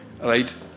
right